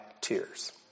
tears